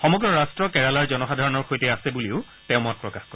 সমগ্ৰ ৰট্ট কেৰালাৰ জনসাধাৰণৰ সৈতে আছে বুলিও তেওঁ মত প্ৰকাশ কৰে